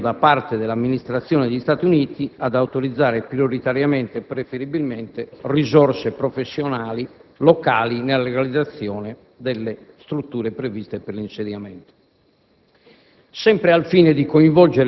infine, impegno da parte dell'amministrazione degli Stati Uniti ad autorizzare prioritariamente e preferibilmente risorse professionali locali nella realizzazione delle strutture previste per l'insediamento.